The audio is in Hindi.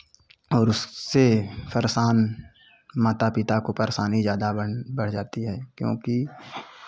और उससे परेशान माता पिता को परेशानी ज़्यादा बढ़ बढ़ जाती है क्योंकि